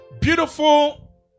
Beautiful